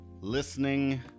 Listening